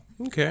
Okay